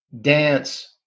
dance